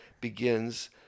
begins